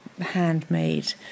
handmade